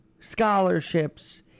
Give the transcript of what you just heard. scholarships